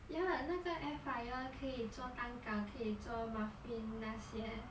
ya 那个 air fryer 可以做蛋糕可以做 muffin 那些